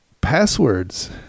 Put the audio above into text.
passwords